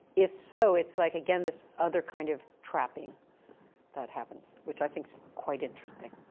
if so, it's like again this other kind of trapping that happens which i think is quite interesting.